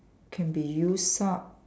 can be used up